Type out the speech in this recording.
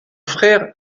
frère